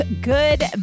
Good